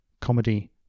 Comedy